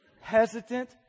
hesitant